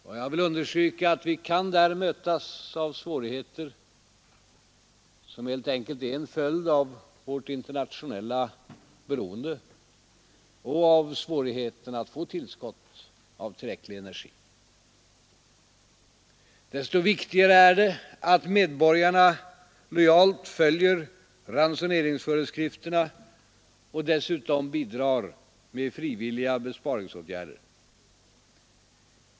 Och jag vill understryka att vi där kan möta svårigheter som helt enkelt är en följd av vårt internationella beroende och av svårigheten att få tillskott av tillräcklig energi. Desto viktigare är det att medborgarna lojalt följer ransoneringsföreskrifterna och dessutom bidrar med frivilliga besparingsåtgärder.